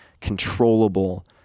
controllable